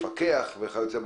לפקח וכיו"ב.